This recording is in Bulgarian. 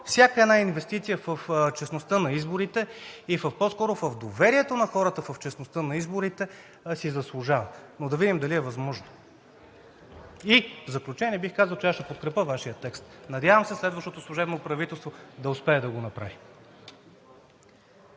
Всяка една инвестиция в честността на изборите и по-скоро в доверието на хората в честността на изборите си заслужава. Но да видим дали е възможно. И в заключение бих казал, че аз ще подкрепя Вашия текст. Надявам се следващото служебно правителство да успее да го направи.